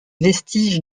vestiges